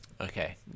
Okay